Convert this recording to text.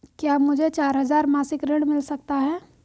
क्या मुझे चार हजार मासिक ऋण मिल सकता है?